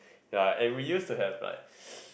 ya and we used to have like